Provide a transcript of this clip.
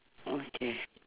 okay